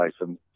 license